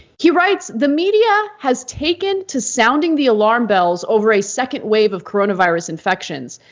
he writes, the media has taken to sounding the alarm bells over a second wave of coronavirus infections.